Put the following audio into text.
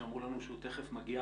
שאמרו לנו שהוא תיכף מגיע,